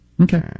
Okay